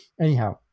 Anyhow